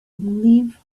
believe